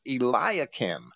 Eliakim